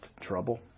trouble